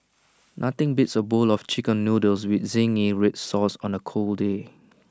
nothing beats A bowl of Chicken Noodles with Zingy Red Sauce on A cold day